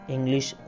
English